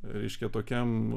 reiškia tokiam